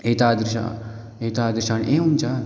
एतादृशम् एतादृशाणि एवं च